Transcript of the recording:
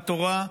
בתורה,